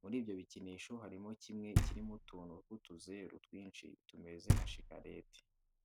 Muri ibyo bikinisho harimo kimwe kirimo utuntu tw'utuzeru twinshi tumeze nka shikarete.